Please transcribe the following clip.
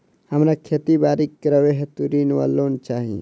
हमरा खेती बाड़ी करै हेतु ऋण वा लोन चाहि?